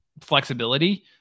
flexibility